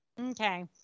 Okay